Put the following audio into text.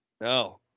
no